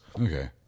Okay